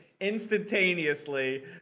instantaneously